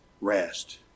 rest